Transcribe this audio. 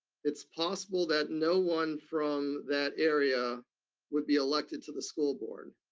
it's possible that no one from that area would be elected to the school board,